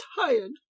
tired